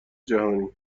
جهانی